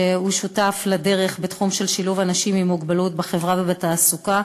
שהוא שותף לדרך בתחום של שילוב אנשים עם מוגבלות בחברה ובתעסוקה,